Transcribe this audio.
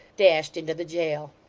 dashed into the jail.